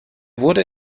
wurde